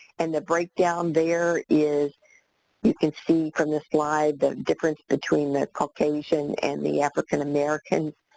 and the breakdown there is you can see from the slide the difference between the caucasian and the african americans.